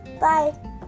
Bye